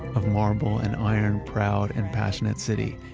of marble and iron. proud and passionate city.